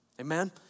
Amen